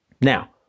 Now